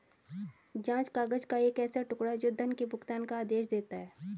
जाँच काग़ज़ का एक ऐसा टुकड़ा, जो धन के भुगतान का आदेश देता है